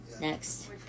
next